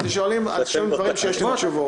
אתם שואלים דברים שיש להם תשובות.